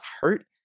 hurt